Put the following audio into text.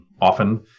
often